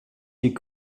die